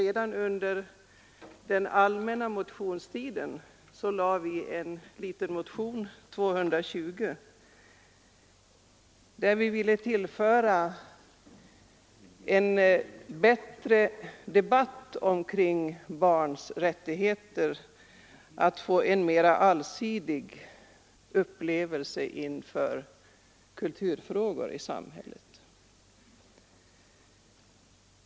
Redan under den allmänna motionstiden väckte vi en motion — nr 220 — för att stimulera till en bättre debatt kring barns rätt till en mer allsidig kulturupplevelse i vårt samhälle.